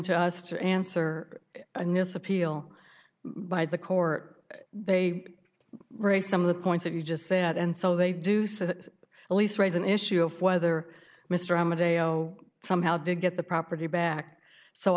to us to answer and miss appeal by the court they raise some of the points that you just said and so they do so that at least raise an issue of whether mr amodeo somehow did get the property back so